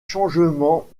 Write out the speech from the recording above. changements